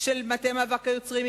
של מטה מאבק היוצרים,